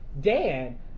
Dan